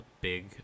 big